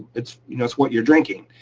it's you know it's what you're drinking.